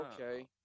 okay